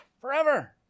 forever